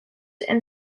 and